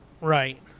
Right